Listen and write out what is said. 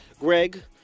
Greg